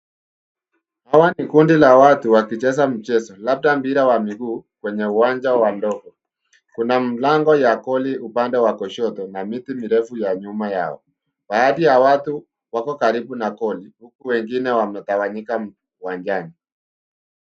Hawa ni kundi la watu wakicheza mchezo, labda mpira wa miguu kwenye uwanja wa udongo. Kuna mlango ya goli upande wa kushoto na miti mirefu ya nyuma yao. Baadhi ya watu wako karibu na goli huku wengine wametawanyika uwanjani.